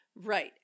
Right